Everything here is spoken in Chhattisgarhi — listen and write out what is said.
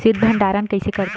शीत भंडारण कइसे करथे?